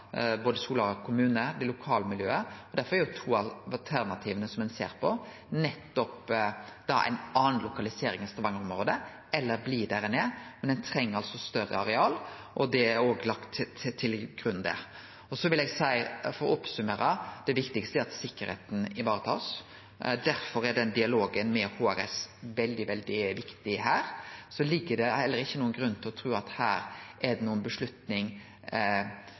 lokalmiljøet. Derfor er to av alternativa som ein ser på, nettopp ei anna lokalisering i Stavanger-området, eller å bli der ein er, men ein treng altså større areal, og det er òg lagt til grunn der. Så vil eg seie for å oppsummere: Det viktigaste er at sikkerheita blir tatt vare på. Derfor er den dialogen med HRS veldig, veldig viktig her. Det er heller ikkje nokon grunn til å tru at det her er